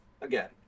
again